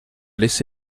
laisse